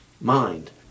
Mind